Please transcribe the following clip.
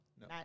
no